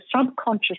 subconscious